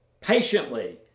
patiently